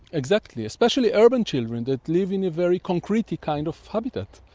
exactly, especially urban children that live in a very concretey kind of habitat.